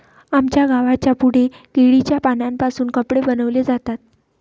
आमच्या गावाच्या पुढे केळीच्या पानांपासून कपडे बनवले जातात